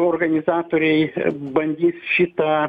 organizatoriai bandys šitą